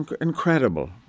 incredible